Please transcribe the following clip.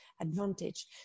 advantage